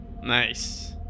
Nice